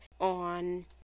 on